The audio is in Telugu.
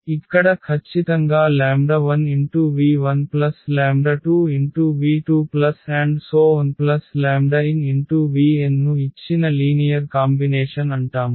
కాబట్టి ఇక్కడ ఖచ్చితంగా 1v12v2nvnను ఇచ్చిన లీనియర్ కాంబినేషన్ అంటాము